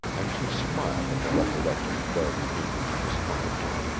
and she smiled at the recollection of darby meeker's discomfiture.